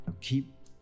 Keep